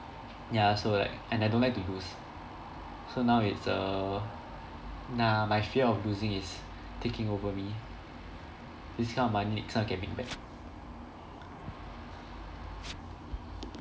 ya so like and I don't like to lose so now it's err nah my fear of losing is taking over me this kind of money next time can make back